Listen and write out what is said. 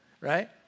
right